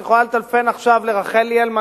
את יכולה לטלפן עכשיו לרחל ליאל,